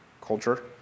culture